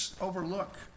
overlook